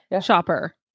shopper